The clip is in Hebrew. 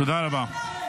תודה רבה.